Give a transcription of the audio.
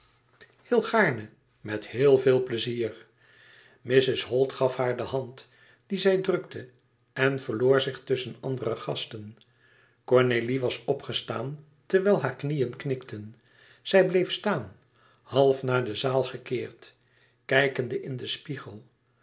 heel gaarne met heel veel pleizier mrs holt gaf haar de hand die zij drukte en verloor zich tusschen andere gasten cornélie was opgestaan terwijl hare knieën knikten zij bleef staan half naar de zaal gekeerd kijkende in den spiegel